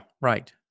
Right